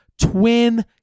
twin